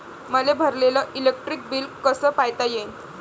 मले भरलेल electric bill कस पायता येईन?